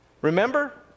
Remember